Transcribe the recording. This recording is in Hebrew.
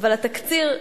כבר תקציר.